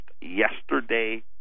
yesterday